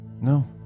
No